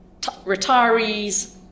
Retirees